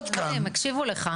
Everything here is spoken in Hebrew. הם הקשיבו לך.